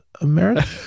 America